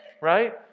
Right